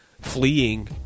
fleeing